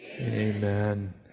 Amen